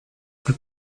plus